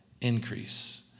increase